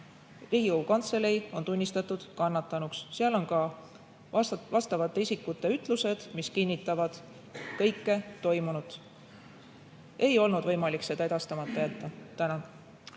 Riigikogu Kantselei on tunnistatud kannatanuks, seal on ka vastavate isikute ütlused, mis kinnitavad kõike toimunut. Ei olnud võimalik seda edastamata jätta.